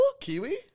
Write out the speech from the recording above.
Kiwi